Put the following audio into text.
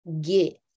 get